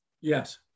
Yes